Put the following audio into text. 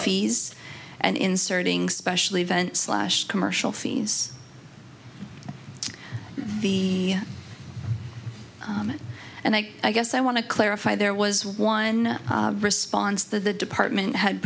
fees and inserting special events slash commercial fees the and i guess i want to clarify there was one response that the department had